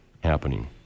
happening